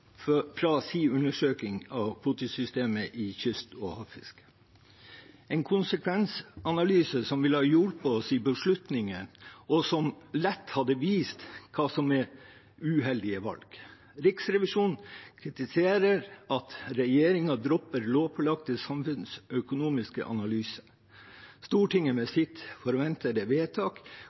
fra sin undersøkelse av kvotesystemet i kyst- og havfisket, en konsekvensanalyse som ville ha hjulpet oss i beslutningen, og som lett hadde vist hva som er uheldige valg. Riksrevisjonen kritiserer at regjeringen dropper lovpålagte samfunnsøkonomiske analyser. Stortinget, med sitt forventede vedtak,